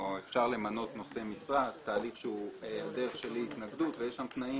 אבל אפילו על השולחן אתם באתם עם ההצעה הזאת